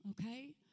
okay